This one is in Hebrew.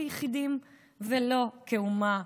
לא כיחידים ולא כאומה.